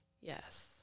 Yes